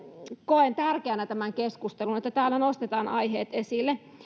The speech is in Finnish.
koen tärkeänä tämän keskustelun että täällä nostetaan aiheet esille